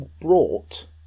brought